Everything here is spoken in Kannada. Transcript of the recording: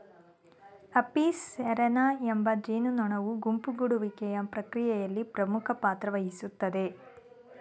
ಅಪಿಸ್ ಸೆರಾನಾ ಎಂಬ ಜೇನುನೊಣವು ಗುಂಪು ಗೂಡುವಿಕೆಯ ಪ್ರಕ್ರಿಯೆಯಲ್ಲಿ ಪ್ರಮುಖ ಪಾತ್ರವಹಿಸ್ತದೆ